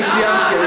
אני סיימתי.